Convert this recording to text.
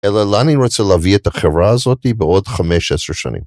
אלא לאן אני רוצה להביא את החברה הזאתי בעוד חמש, עשר שנים.